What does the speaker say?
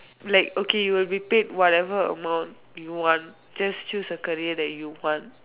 like okay you will be paid whatever amount you want just choose a career that you want